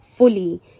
fully